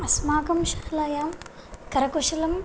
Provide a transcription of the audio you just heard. अस्माकं शालायां करकुशलम्